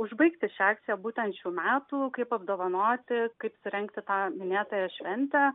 užbaigti šią akciją būtent šių metų kaip apdovanoti kaip surengti tą minėtąją šventę